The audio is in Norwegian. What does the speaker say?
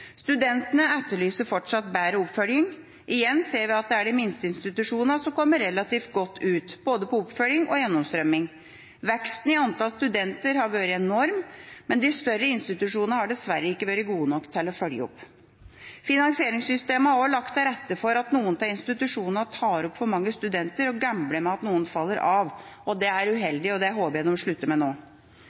Studentene etterlyser fortsatt bedre oppfølging. Igjen ser vi at det er de minste institusjonene som kommer relativt godt ut, både på oppfølging og på gjennomstrømming. Veksten i antall studenter har vært enorm, men de større institusjonene har dessverre ikke vært gode nok til å følge opp. Finansieringssystemet har også lagt til rette for at noen av institusjonene tar opp for mange studenter og gambler med at noen faller av. Det er uheldig, og jeg håper at de slutter med det nå.